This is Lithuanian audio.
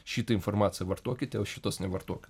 šitą informaciją vartokite o šitos nevartokit